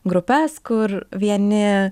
grupes kur vieni